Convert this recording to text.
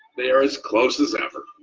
they are as close as ever,